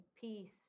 peace